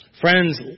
Friends